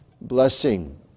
blessing